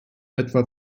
etwa